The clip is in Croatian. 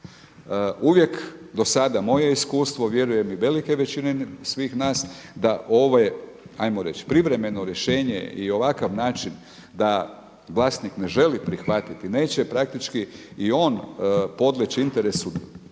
Uvijek do sada, moje je iskustvo, vjerujem i velike većine svih nas da ovo, 'ajmo reći privremeno rješenje i ovakav način da vlasnik ne želi prihvatiti, neće praktički i on podlijeći interesu,